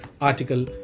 article